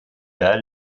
vers